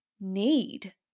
need